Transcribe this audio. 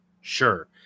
sure